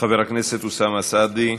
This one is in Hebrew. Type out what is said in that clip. חבר הכנסת אוסאמה סעדי,